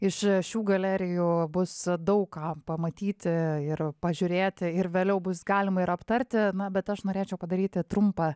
iš šių galerijų bus daug ką pamatyti ir pažiūrėti ir vėliau bus galima ir aptarti na bet aš norėčiau padaryti trumpą